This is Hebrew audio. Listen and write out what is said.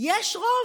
יש רוב,